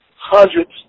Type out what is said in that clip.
hundreds